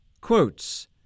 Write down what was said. Quotes